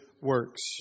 works